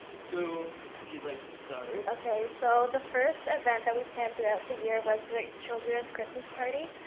so if you'd like to start. okay, so the first event that we planned throughout the year was the children's christmas party.